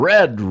Red